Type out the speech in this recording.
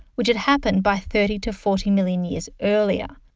which had happened by thirty to forty million years earlier.